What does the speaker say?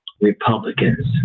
Republicans